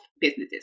businesses